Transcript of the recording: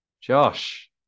Josh